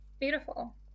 beautiful